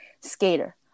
skater